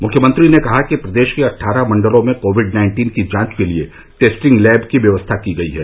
मुख्यमंत्री ने कहा है कि प्रदेश के अट्ठारह मंडलों में कोविड नाइन्टीन की जांच के लिये टेस्टिंग लैब की व्यवस्था की गई है